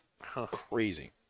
crazy